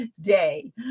day